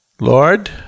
Lord